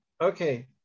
Okay